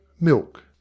MILK